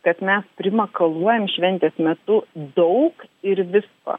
kad mes primakaluojam šventės metu daug ir visko